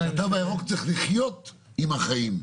התו הירוק צריך לחיות עם החיים.